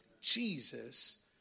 Jesus